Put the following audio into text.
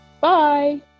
Bye